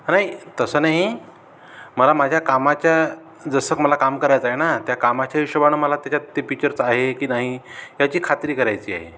नाही तसं नाही मला माझ्या कामाच्या जसं मला काम करायचं आहे ना त्या कामाच्या हिशोबानं मला त्याच्यात ते फीचर्स आहे की नाही याची खात्री करायची आहे